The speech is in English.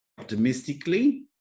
optimistically